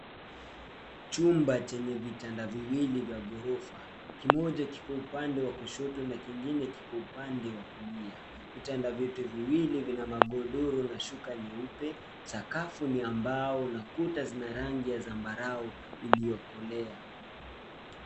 Chumba chenye vitanda viwili vya ghorofa. Kimoja kiko upande wa kushoto na kingine kiko upande wa kulia. Vitanda vyote viwili vina magodoro na shuka nyeupe. Sakafu ni ya mbao na kuta zina rangi ya zambarau iliyokolea.